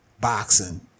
boxing